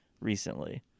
recently